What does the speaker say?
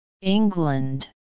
England